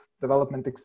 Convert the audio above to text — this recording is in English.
development